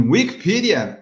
Wikipedia